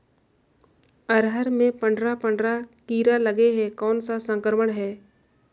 अरहर मे पंडरा पंडरा कीरा लगे हे कौन सा संक्रमण हे?